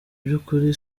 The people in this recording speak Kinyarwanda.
by’ukuri